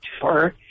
tour